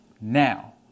now